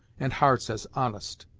and hearts as honest!